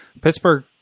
Pittsburgh